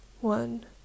One